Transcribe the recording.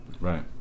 Right